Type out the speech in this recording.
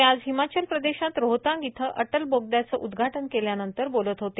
ते आज हिमाचल प्रदेशात रोहतांग इथं अटल बोगद्याचं उदघाटन केल्यानंतर बोलत होते